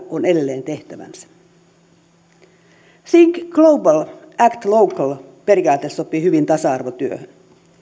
on edelleen tehtävänsä think global act local periaate sopii hyvin tasa arvotyöhön